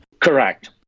Correct